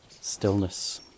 stillness